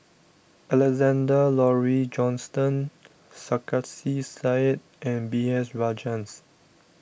Alexander Laurie Johnston Sarkasi Said and B S Rajhans